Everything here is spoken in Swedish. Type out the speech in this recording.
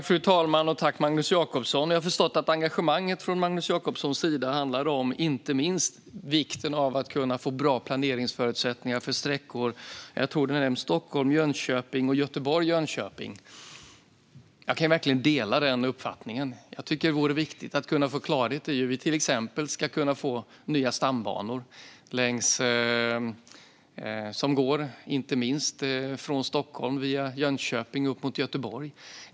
Fru talman! Jag har förstått att engagemanget från Magnus Jacobssons sida inte minst handlar om vikten av att kunna få bra planeringsförutsättningar för sträckorna Stockholm-Jönköping och Göteborg-Jönköping. Jag kan verkligen dela den uppfattningen. Jag tycker att det vore viktigt att få klarhet i hur vi till exempel ska kunna få nya stambanor som går från Stockholm via Jönköping upp mot Göteborg.